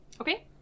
Okay